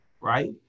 right